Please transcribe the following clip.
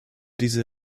diese